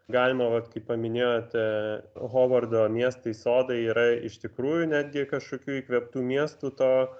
galima vat kaip paminėjote hovardo miestai sodai yra iš tikrųjų netgi kažkokių įkvėptų miestų to